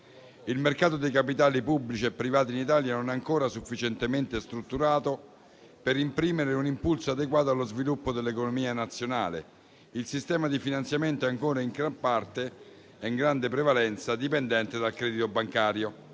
Il mercato dei capitali pubblici e privati in Italia non è ancora sufficientemente strutturato per imprimere un impulso adeguato allo sviluppo dell'economia nazionale. Il sistema di finanziamento è ancora in gran parte e in grande prevalenza dipendente dal credito bancario.